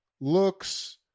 looks